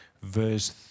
verse